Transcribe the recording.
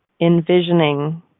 envisioning